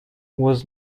was